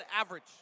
average